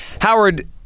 Howard